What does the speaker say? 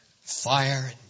fire